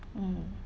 mm